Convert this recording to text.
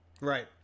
Right